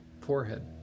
forehead